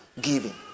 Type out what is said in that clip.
giving